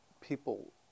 people